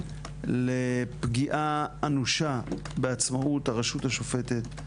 לפגיעה אנושה בעצמאות הרשות השופטת,